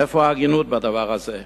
איפה ההגינות בדבר הזה?